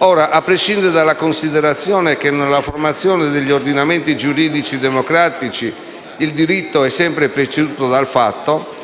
Ora, a prescindere dalla considerazione che, nella formazione degli ordinamenti giuridici democratici il diritto è sempre preceduto dal fatto,